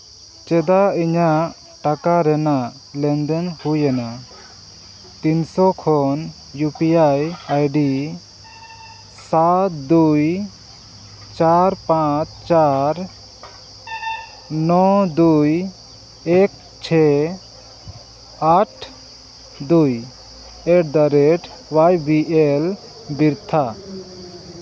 ᱪᱮᱫᱟᱜ ᱤᱧᱟᱹᱜ ᱴᱟᱠᱟ ᱨᱮᱱᱟᱜ ᱞᱮᱱ ᱫᱮᱱ ᱦᱩᱭ ᱮᱱᱟ ᱛᱤᱱᱥᱚ ᱠᱷᱚᱱ ᱤᱭᱩ ᱯᱤ ᱟᱭ ᱟᱭᱰᱤ ᱥᱟᱛ ᱫᱩᱭ ᱪᱟᱨ ᱯᱟᱸᱪ ᱪᱟᱨ ᱱᱚ ᱫᱩᱭ ᱮᱠ ᱪᱷᱚᱭ ᱟᱴ ᱫᱩᱭ ᱮᱴᱫᱟᱼᱨᱮᱹᱴ ᱚᱣᱟᱭ ᱵᱤ ᱮᱞ ᱵᱮᱨᱛᱷᱟ